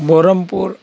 Brahmapur